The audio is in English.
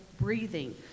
breathing